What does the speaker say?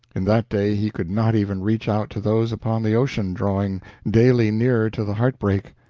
in that day he could not even reach out to those upon the ocean, drawing daily nearer to the heartbreak.